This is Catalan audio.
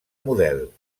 model